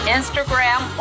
Instagram